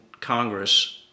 Congress